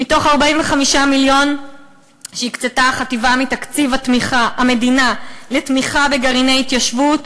מתוך 45 מיליון שהקצתה החטיבה מתקציב המדינה לתמיכה בגרעיני התיישבות,